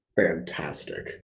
fantastic